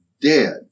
dead